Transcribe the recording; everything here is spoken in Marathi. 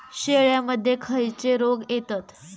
शेळ्यामध्ये खैचे रोग येतत?